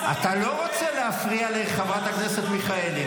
אתה צריך --- אתה לא רוצה להפריע לחברת הכנסת מיכאלי,